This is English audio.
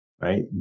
right